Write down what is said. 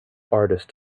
artist